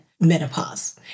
menopause